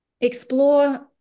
explore